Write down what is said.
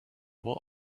will